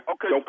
Okay